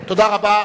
(מחיאות כפיים) תודה רבה.